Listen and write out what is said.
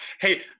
Hey